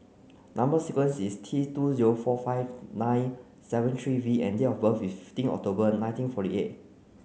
number sequence is T two zero four five nine seven three V and date of birth is fifteen October nineteen forty eight